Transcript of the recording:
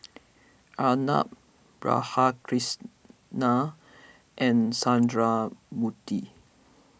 Arnab Radhakrishnan and Sundramoorthy